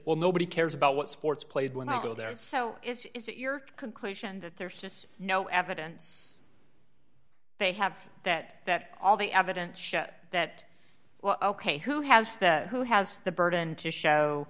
well nobody cares about what sports played when i go there is so is it your conclusion that there's just no evidence they have that that all the evidence that well ok who has who has the burden to show